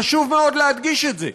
חשוב מאוד להדגיש את זה.